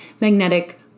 Magnetic